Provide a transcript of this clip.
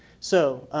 so,